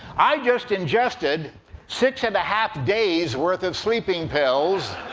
i just ingested six and a half days worth of sleeping pills.